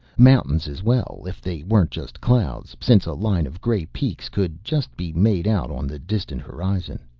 mountains as well, if they weren't just clouds, since a line of gray peaks could just be made out on the distant horizon.